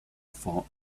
for